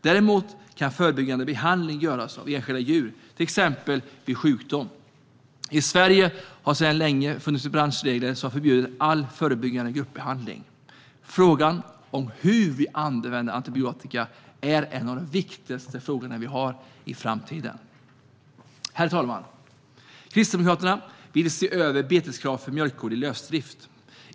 Däremot kan förebyggande behandling göras av enskilda djur, till exempel vid sjukdom. I Sverige har det länge funnits branschregler som förbjudit all förebyggande gruppbehandling. Frågan om hur vi använder antibiotika är en av de viktigaste frågor vi har inför framtiden. Herr talman! Kristdemokraterna vill se över beteskravet för mjölkkor i lösdrift.